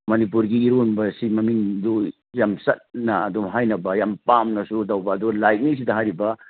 ꯃꯅꯤꯄꯨꯔꯒꯤ ꯏꯔꯣꯟꯕꯁꯤ ꯃꯃꯤꯡꯗꯨ ꯌꯥꯝ ꯆꯠꯅ ꯑꯗꯨꯝ ꯍꯥꯏꯅꯕ ꯌꯥꯝ ꯄꯥꯝꯅꯁꯨ ꯇꯧꯕ ꯑꯗꯨ ꯂꯥꯛꯏꯉꯩꯁꯤꯗ ꯍꯥꯏꯔꯤꯕ